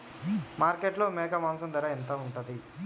మార్కెట్లో మేక మాంసం ధర ఎంత ఉంటది?